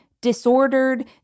disordered